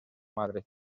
madre